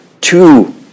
two